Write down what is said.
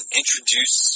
introduce